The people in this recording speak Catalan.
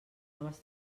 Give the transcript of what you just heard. noves